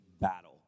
battle